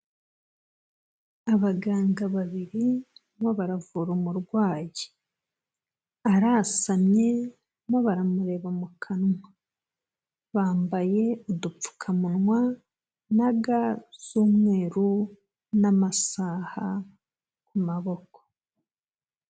Abaganga babiri barimo baravura umurwayi, arasamye barimo baramureba mu kanwa, bambaye udupfukamunwa na ga z'umweru n'amasaha ku maboko.